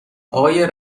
آقای